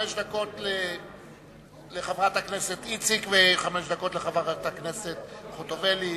חמש דקות לחברת הכנסת איציק וחמש דקות לחברת הכנסת חוטובלי.